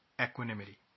equanimity